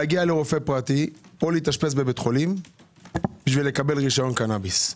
להגיע לרופא פרטי או להתאשפז בבית חולים כדי לקבל רשיון קנאביס.